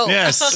Yes